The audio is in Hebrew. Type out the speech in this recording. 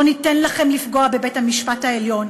לא ניתן לכם לפגוע בבית-המשפט העליון,